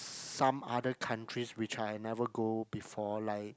some other countries which I've never go before like